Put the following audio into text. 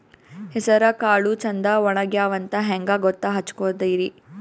ಹೆಸರಕಾಳು ಛಂದ ಒಣಗ್ಯಾವಂತ ಹಂಗ ಗೂತ್ತ ಹಚಗೊತಿರಿ?